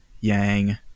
yang